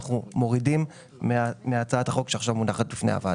אנחנו עד היום לא עשינו עבודת מטה בתוך הבית